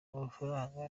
amafaranga